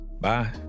Bye